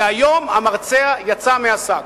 היום המרצע יצא מהשק.